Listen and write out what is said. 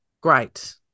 great